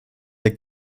der